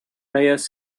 prayers